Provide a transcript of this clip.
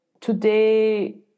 Today